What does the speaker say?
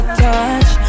touch